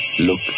Look